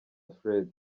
fred